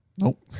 Nope